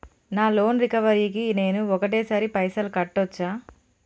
నా loan recovery కి నేను ఒకటేసరి పైసల్ కట్టొచ్చా?